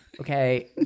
okay